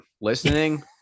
listening